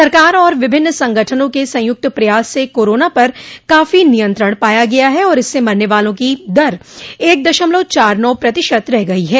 सरकार और विभिन्न संगठनों के संयुक्त प्रयास से कोरोना पर काफी नियंत्रण पाया गया है और इससे मरने वालों की दर एक दशमलव चार नौ प्रतिशत रह गई है